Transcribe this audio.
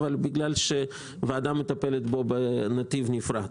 אלא כיוון שהוועדה מטפלת בו בנתיב נפרד.